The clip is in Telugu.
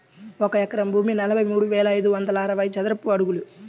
ఒక ఎకరం భూమి నలభై మూడు వేల ఐదు వందల అరవై చదరపు అడుగులు